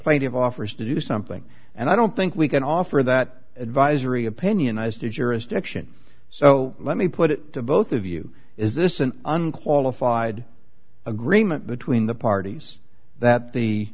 plenty of offers to do something and i don't think we can offer that advisory opinion as to jurisdiction so let me put it to both of you is this an unqualified agreement between the parties that the